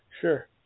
Sure